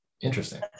Interesting